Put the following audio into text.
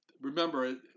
remember